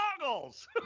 goggles